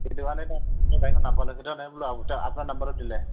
সেইটো কাৰণে গাড়ীখন নাপালে সেইকাৰণে আপোনাৰ নাম্বাৰটো দিলে